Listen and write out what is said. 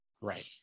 Right